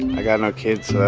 i got no kids,